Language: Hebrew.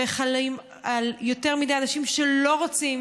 והן חלות על יותר מדי אנשים שלא רוצים